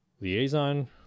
liaison